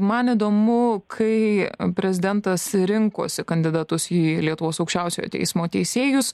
man įdomu kai prezidentas rinkosi kandidatus į lietuvos aukščiausiojo teismo teisėjus